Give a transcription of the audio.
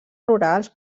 rurals